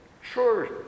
sure